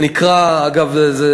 זה נקרא "פלקסיקיוריטי",